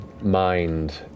mind